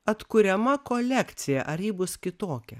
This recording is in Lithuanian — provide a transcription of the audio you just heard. atkuriama kolekcija ar ji bus kitokia